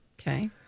Okay